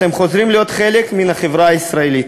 אתם חוזרים להיות חלק מן החברה הישראלית.